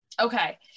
Okay